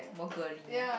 more girly